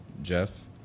Jeff